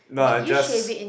no I just